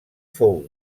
fou